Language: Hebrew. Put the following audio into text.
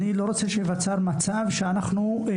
אני רק לא רוצה שייווצר מצב שבו אנחנו איכשהו,